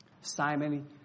Simon